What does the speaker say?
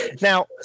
Now